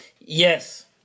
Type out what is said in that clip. yes